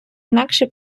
інакше